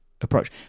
approach